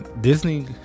Disney